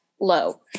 low